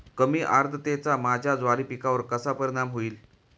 कमी आर्द्रतेचा माझ्या ज्वारी पिकावर कसा परिणाम होईल?